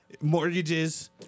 mortgages